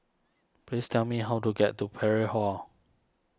please tell me how to get to Parry Hall